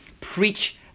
preach